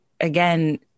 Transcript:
again